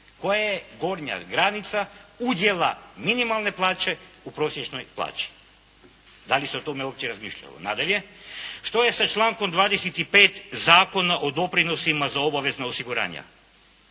Koja je gornja granica udjela minimalne plaće u prosječnoj plaći. Da li se o tome uopće razmišljalo. Nadalje, što je sa člankom 25. Zakona o doprinosima za obavezna osiguranja?